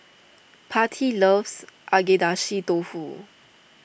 Patti loves Agedashi Dofu